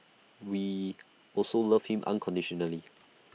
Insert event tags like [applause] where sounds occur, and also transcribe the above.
we also love him unconditionally [noise]